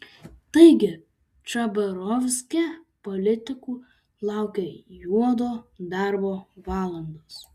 taigi chabarovske politikų laukia juodo darbo valandos